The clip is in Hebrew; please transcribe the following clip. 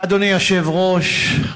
אדוני היושב-ראש,